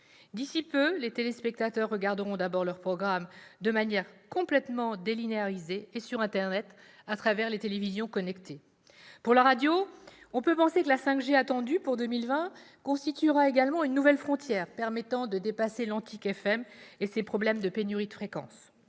D'ici peu, les téléspectateurs regarderont d'abord leurs programmes de manière complètement délinéarisée et sur internet à travers les télévisions connectées. Pour la radio, on peut penser que la 5G attendue pour 2020 constituera également une nouvelle frontière permettant de dépasser l'antique FM et ses problèmes de pénurie de fréquences.